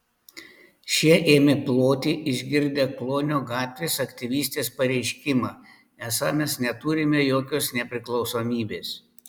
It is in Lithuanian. šie ėmė ploti išgirdę klonio gatvės aktyvistės pareiškimą esą mes neturime jokios nepriklausomybės